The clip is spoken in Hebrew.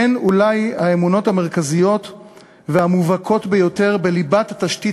הן אולי האמונות המרכזיות והמובהקות ביותר בליבת התשתית